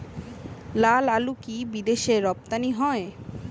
লালআলু কি বিদেশে রপ্তানি হয়?